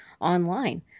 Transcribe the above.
online